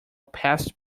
passed